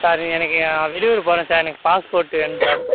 sir எனக்கு நான் வெளியூர் போகறேன் சார் எனக்கு பாஸ்போர்ட்டு வேணும் சார்